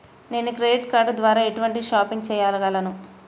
నేను credit card ద్వార ఎటువంటి షాపింగ్ చెయ్యగలను?